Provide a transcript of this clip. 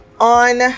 on